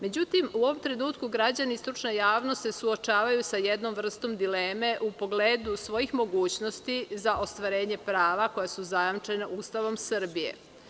Međutim, u ovom trenutku građani i stručna javnost se suočavaju sa jednom vrstom dileme u pogledu svoji h mogućnosti za ostvarenje prava koja su zajamčena Ustavom Srbije.